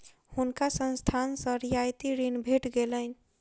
हुनका संस्थान सॅ रियायती ऋण भेट गेलैन